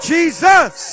Jesus